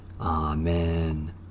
Amen